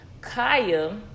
Kaya